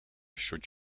should